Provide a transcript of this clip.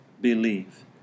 believe